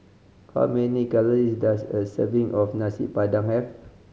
how many calories does a serving of Nasi Padang have